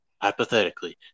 hypothetically